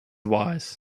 wise